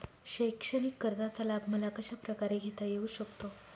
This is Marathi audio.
शैक्षणिक कर्जाचा लाभ मला कशाप्रकारे घेता येऊ शकतो?